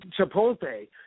Chipotle